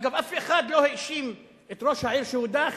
אגב, אף אחד לא האשים את ראש העיר שהודח